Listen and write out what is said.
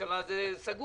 בממשלה זה סגור.